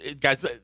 guys